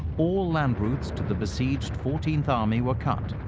all land routes to the besieged fourteenth army were cut.